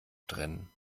trennen